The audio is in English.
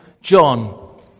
John